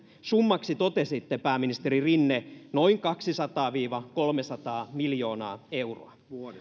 summaksi totesitte pääministeri rinne noin kaksisataa viiva kolmesataa miljoonaa euroa